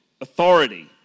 authority